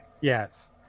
yes